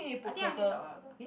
I think I need to talk louder